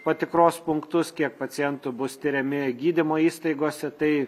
patikros punktus kiek pacientų bus tiriami gydymo įstaigose tai